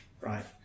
right